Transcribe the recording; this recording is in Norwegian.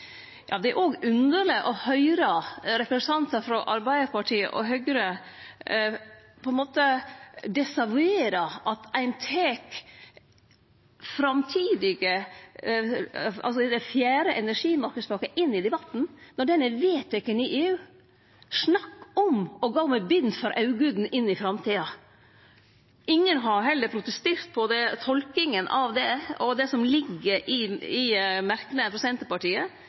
Ja, det er òg underleg å høyre representantar frå Arbeidarpartiet og Høgre desavuere at ein tek den framtidige fjerde energimarknadspakka inn i debatten, når ho er vedteken i EU. Snakk om å gå med bind for auga inn i framtida. Ingen har heller protestert på den tolkinga av det og det som ligg føre i merknad frå Senterpartiet,